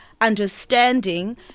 understanding